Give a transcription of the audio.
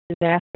disaster